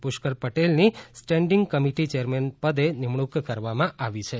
પુષ્કર પટેલની standing committee chairman પદે નિમણક કરવામાં આવી છે